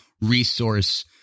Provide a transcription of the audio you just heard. resource